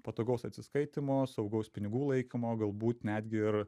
patogaus atsiskaitymo saugaus pinigų laikymo galbūt netgi ir